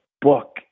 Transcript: book